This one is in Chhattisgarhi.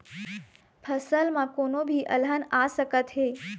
फसल म कोनो भी अलहन आ सकत हे